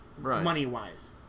money-wise